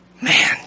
Man